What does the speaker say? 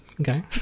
Okay